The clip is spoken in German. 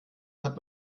hat